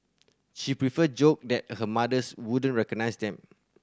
she prefer joked that her mothers wouldn't recognise them